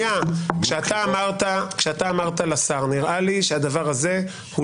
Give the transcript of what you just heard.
כשאתה אמרת לשר שנראה לך שהדבר הזה הוא